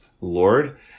Lord